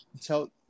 tell